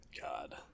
God